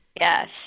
Yes